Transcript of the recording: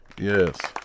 Yes